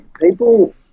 People